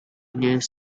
news